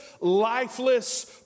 lifeless